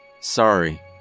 Sorry